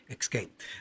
escape